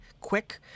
quick